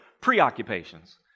preoccupations